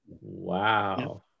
Wow